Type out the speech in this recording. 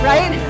Right